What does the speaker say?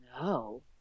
no